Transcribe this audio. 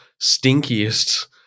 stinkiest